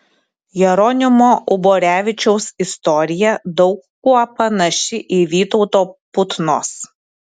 jeronimo uborevičiaus istorija daug kuo panaši į vytauto putnos